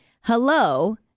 hello